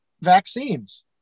vaccines